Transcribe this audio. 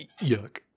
yuck